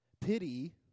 Pity